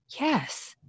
yes